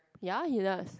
ya he does